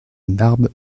barbe